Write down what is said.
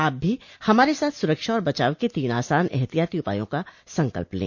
आप भी हमारे साथ सुरक्षा और बचाव के तीन आसान एहतियाती उपायों का संकल्प लें